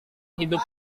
hidup